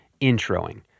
introing